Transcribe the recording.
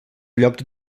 llocs